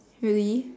really